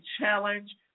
challenge